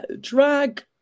drag